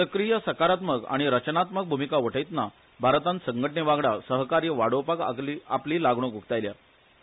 सक्रीय सकारात्मक आनी रचनात्मक भूमिका वठयतना भारत संघटनेवांगडा सहकार्य वाडोवपाक आपली लागणूक भारतान उक्तायल्या